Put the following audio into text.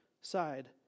side